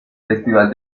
festival